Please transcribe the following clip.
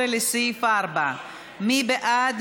13, לסעיף 4. מי בעד?